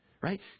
right